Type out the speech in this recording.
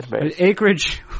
Acreage